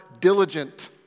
diligent